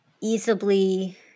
easily